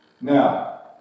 Now